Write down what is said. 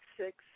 six